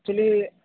actually